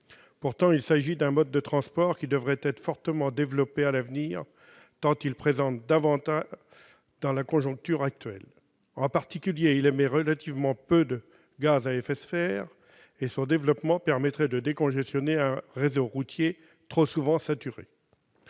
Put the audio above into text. Pourtant, ce mode de transport devrait être fortement développé à l'avenir, tant il présente d'avantages. En particulier, il émet relativement peu de gaz à effet de serre et son développement permettrait de décongestionner un réseau routier trop souvent saturé.